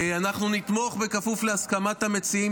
אנחנו נתמוך בכפוף להסכמת המציעים